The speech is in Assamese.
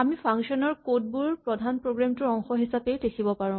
আমি ফাংচন ৰ কড বোৰ প্ৰধান প্ৰগ্ৰেম টোৰ অংশ হিচাপেই লিখিব পাৰো